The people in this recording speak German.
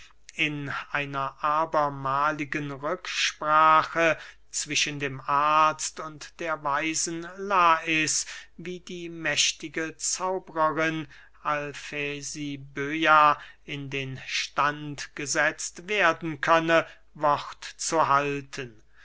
in einer abermahligen rücksprache zwischen dem arzt und der weisen lais wie die mächtige zauberin alfesiböa in den stand gesetzt werden könne wort zu halten